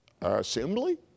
assembly